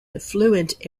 affluent